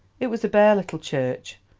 it was a bare little church,